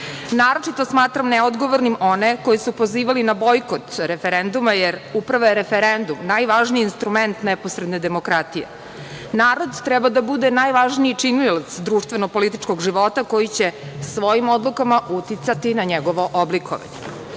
Naročito smatram neodgovornim one koji su pozivali na bojkot referenduma, jer upravo je referendum najvažniji instrument neposredne demokratije. Narod treba da bude najvažniji činilac društvenopolitičkog života koji će svojim odlukama uticati na njegovo oblikovanje.